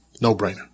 no-brainer